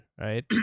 right